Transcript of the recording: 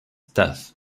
death